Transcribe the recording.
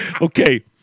Okay